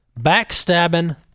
backstabbing